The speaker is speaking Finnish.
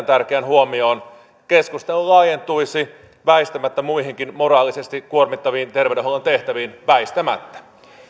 tärkeään huomioon keskustelu laajentuisi väistämättä muihinkin moraalisesti kuormittaviin terveydenhuollon tehtäviin väistämättä